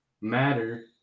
Matter